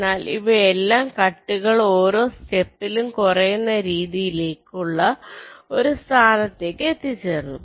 എന്നാൽ ഇവയെല്ലാം കട്ടുകൾ ഓരോ സ്റ്റപ്പിലും കുറയുന്ന രീതിയിലേക്ക് ഉള്ള ഒരു സ്ഥാനത്തേക്ക് എത്തിച്ചേർന്നു